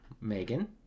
Megan